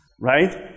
right